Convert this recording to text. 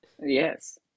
Yes